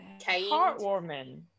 heartwarming